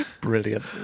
brilliant